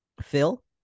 Phil